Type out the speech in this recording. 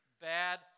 bad